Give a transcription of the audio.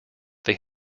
they